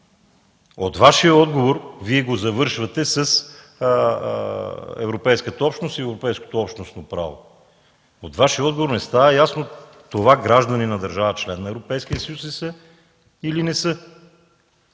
От Вашия отговор – Вие го завършвате с Европейската общност и Европейското общностно право, не става ясно това граждани на държава – членка на Европейския съюз ли са, или не са?